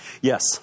Yes